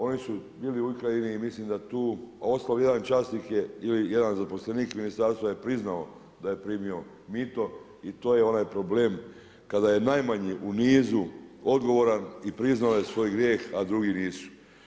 Oni su bili u Ukrajini i mislim da tu, a u ostalom jedan časnik je ili jedan zaposlenik ministarstva je priznao da je primio mito i to je onaj problem kada je najmanji u niz odgovoran i priznao je svoj grijeh, a drugi nisu.